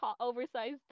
oversized